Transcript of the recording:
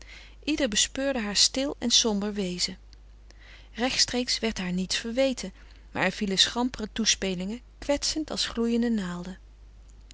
ieder bespeurde haar stil en somber wezen rechtstreeks werd haar niets verweten maar er vielen schampere toespelingen kwetsend als gloeiende naalden